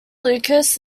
lucas